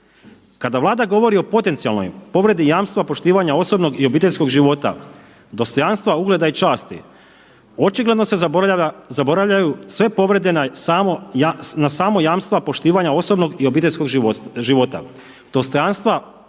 Kada Vlada govori o potencijalnoj povredi jamstva poštivanja osobnog i obiteljskog života, dostojanstva, ugleda i časti očigledno se zaboravljaju sve povrede na samo jamstva poštivanja osobnog i obiteljskog života, dostojanstva, ugleda i časti